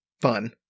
fun